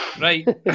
right